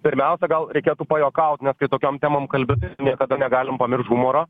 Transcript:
pirmiausia gal reikėtų pajuokaut nes kai tokiom temom kalbi tai niekada negalim pamiršt humoro